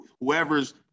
whoever's